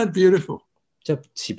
beautiful